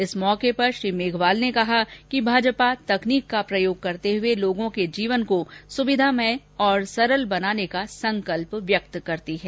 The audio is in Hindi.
इस मौके पर श्री मेघवाल ने कहा कि भाजपा तकनीक का प्रयोग करते हुए लोगों के जीवन को सुविधामय और सरल बनाने का संकल्प व्यक्त करती है